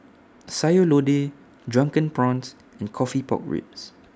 Sayur Lodeh Drunken Prawns and Coffee Pork Ribs